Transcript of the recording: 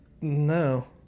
No